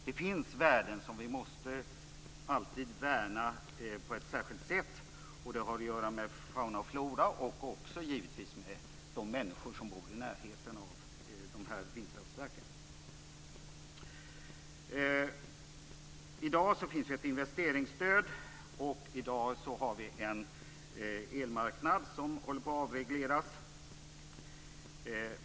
Det finns värden som vi alltid måste värna på ett särskilt sätt. Det har att göra med fauna och flora och givetvis också med de människor som bor i närheten av vindkraftverken. Det finns i dag ett investeringsstöd, och elmarknaden håller på att avregleras.